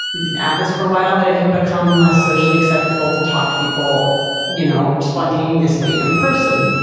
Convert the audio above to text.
who've been at this for a while, that it had become less socially acceptable to talk to people you know spontaneously in person.